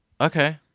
Okay